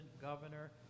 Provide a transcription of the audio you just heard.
governor